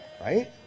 Right